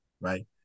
Right